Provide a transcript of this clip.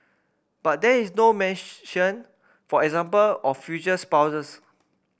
but there is no mention for example of future spouses